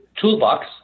toolbox